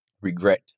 regret